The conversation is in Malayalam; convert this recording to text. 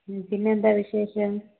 മ് പിന്നെ എന്താ വിശേഷം